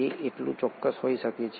તે એટલું ચોક્કસ હોઈ શકે છે